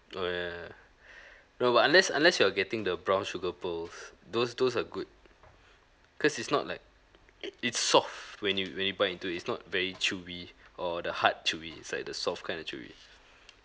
oh ya no but unless unless you are getting the brown sugar pearls those those are good cause is not like it's soft when you when you bite into it is not very chewy or the hard chewy is like the soft kind of chewy